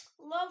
love